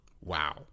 Wow